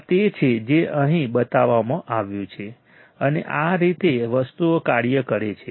આ તે છે જે અહીં બતાવવામાં આવ્યું છે અને આ રીતે વસ્તુઓ કાર્ય કરે છે